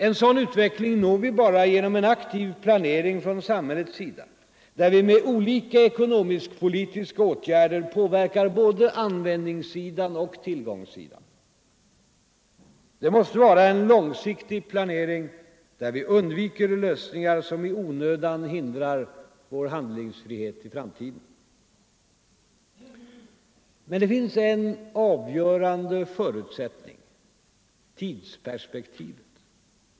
En sådan utveckling når vi endast genom en aktiv planering från samhällets sida, där vi med olika ekonomisk-politiska åtgärder påverkar både användningssidan och tillgångssidan. Det måste vara en långsiktig planering, där vi undviker lösningar som i onödan hindrar vår handlingsfrihet i framtiden. Men det finns en avgörande förutsättning: tidsperspektivet.